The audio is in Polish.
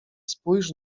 spójrz